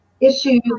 issues